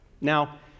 Now